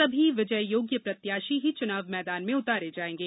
सभी विजययोग्य प्रत्याशी ही चुनाव मैदान में उतारे जायेंगे